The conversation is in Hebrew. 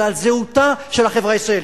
אלא על זהותה של החברה הישראלית,